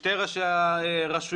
שני ראשי הרשויות,